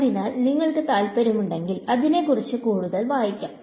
അതിനാൽ നിങ്ങൾക്ക് താൽപ്പര്യമുണ്ടെങ്കിൽ അതിനെക്കുറിച്ച് കൂടുതൽ വായിക്കാം